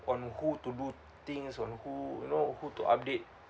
on who to do things on who you know who to update